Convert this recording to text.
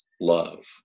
love